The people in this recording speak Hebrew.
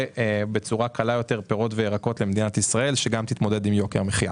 בצורה קלה יותר פירות וירקות למדינת ישראל וגם תתמודד עם יוקר המחייה.